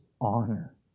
honor